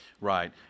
Right